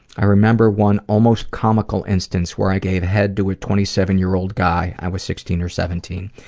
i remember one almost comical instance where i gave head to a twenty seven year old guy. i was sixteen or seventeen.